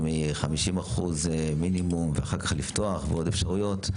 50% מינימום ואחר כך לפתוח ועוד אפשרויות,